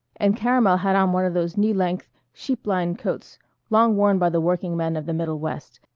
and caramel had on one of those knee-length, sheep-lined coats long worn by the working men of the middle west,